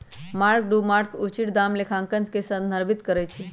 mark to market उचित दाम लेखांकन के संदर्भित करइ छै